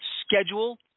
schedule